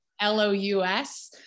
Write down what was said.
L-O-U-S